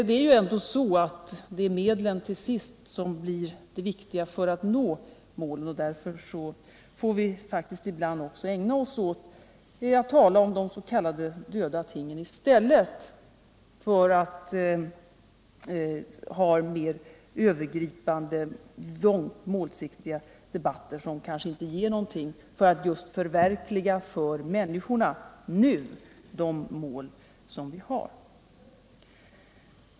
Det är ändå så att medlen till sist blir det viktiga för att nå målen, och därför får vi faktiskt ibland också ägna oss åt att tala om de ”döda tingen” i stället för att föra mer övergripunde långsiktiga debatter, som kanske inte ger någonting, för att nu förverkliga för människorna de mål som vi har.